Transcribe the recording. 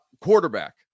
quarterback